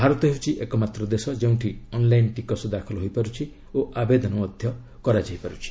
ଭାରତ ହେଉଛି ଏକମାତ୍ର ଦେଶ ଯେଉଁଠି ଅନ୍ଲାଇନ୍ ଟିକସ ଦାଖଲ ହୋଇପାରୁଛି ଓ ଆବେଦନ କରାଯାଇ ପାର୍ ଛି